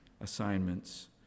assignments